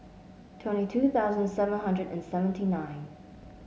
twenty two thousand seven hundred and seventy nine